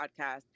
podcast